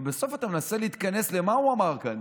ובסוף אתה מנסה להתכנס: מה הוא אמר כאן?